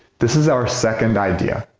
this is our second idea.